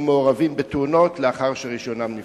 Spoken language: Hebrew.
מעורבים בתאונות לאחר שרשיונם נפסל?